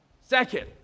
Second